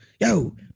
yo